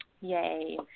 Yay